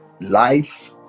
Life